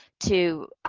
to, ah